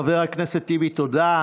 חבר הכנסת טיבי, תודה.